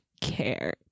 care